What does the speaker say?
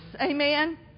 Amen